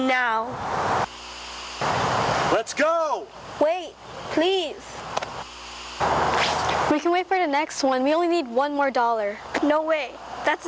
now let's go wait please we can wait for the next one we only need one more dollar no way that